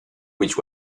which